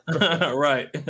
Right